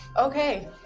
Okay